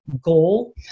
goal